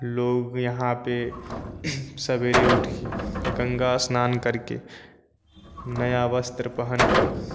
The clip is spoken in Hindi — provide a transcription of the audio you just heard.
लोह यहाँ पे सवेरे उठके गंगा स्नान करके नया वस्त्र पहनकर